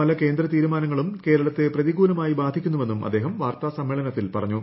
പല കേന്ദ്ര തീരുമാനങ്ങളും കേരളത്തെ പ്രതികൂലമായി ബാധിക്കുന്നു വെന്നും അദ്ദേഹം വാർത്താസമ്മേളനത്തിൽ പറഞ്ഞു